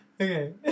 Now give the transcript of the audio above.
Okay